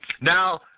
Now